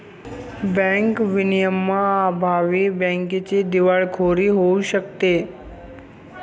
bank विनियमांअभावी बँकेची दिवाळखोरी होऊ शकते